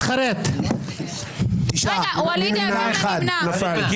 הצבעה לא אושרו.